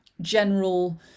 general